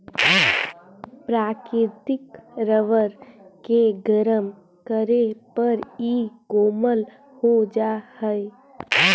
प्राकृतिक रबर के गरम करे पर इ कोमल हो जा हई